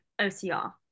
OCR